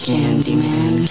Candyman